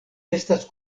estas